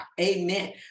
amen